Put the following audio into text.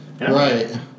Right